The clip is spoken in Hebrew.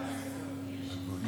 ממש,